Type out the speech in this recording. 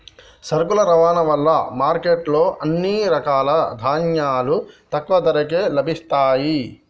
సరుకుల రవాణా వలన మార్కెట్ లో అన్ని రకాల ధాన్యాలు తక్కువ ధరకే లభిస్తయ్యి